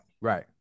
right